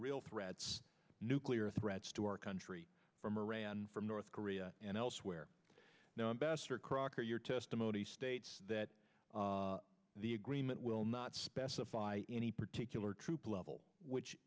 real threats nuclear threats to our country from iran from north korea and elsewhere now ambassador crocker your testimony states that the agreement will not specify any particular troop level which